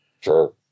Sure